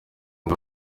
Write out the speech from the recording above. ngo